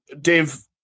Dave